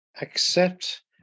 accept